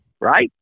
Right